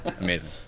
amazing